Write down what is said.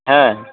হ্যাঁ